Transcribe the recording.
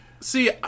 See